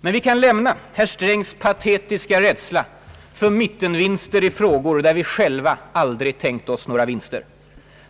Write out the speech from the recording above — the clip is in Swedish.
Men vi kan lämna herr Strängs patetiska rädsla för mittenvinster i frågor, där vi själva aldrig tänkt oss några vinster.